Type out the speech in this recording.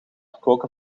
koken